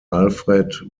alfred